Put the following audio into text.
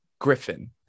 griffin